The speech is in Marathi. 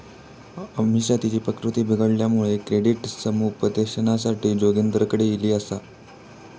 अमिषा तिची प्रकृती बिघडल्यामुळा क्रेडिट समुपदेशनासाठी जोगिंदरकडे ईली आसा